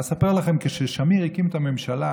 אספר לכם שכששמיר הקים את הממשלה,